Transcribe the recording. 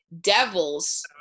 devils